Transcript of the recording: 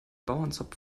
bauernzopf